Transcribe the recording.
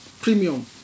premium